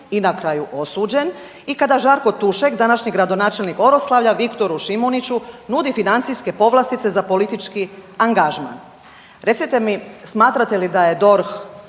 i na kraju osuđen i kada Žarko Tušek današnji gradonačelnik Oroslavlja Viktoru Šimuniću nudi financijske povlastice za politički angažman. Recite mi smatrate li da je DORH